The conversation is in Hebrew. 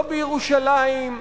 לא בירושלים,